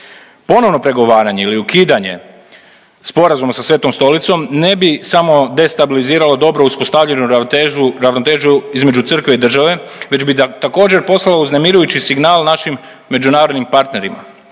Ponovno pregovaranje ili ukidanje sporazuma sa Svetom Stolicom ne bi samo destabiliziralo dobro uspostavljenu ravnotežu između Crkve i države, već bi također, poslalo uznemirujući signal našim međunarodnim partnerima.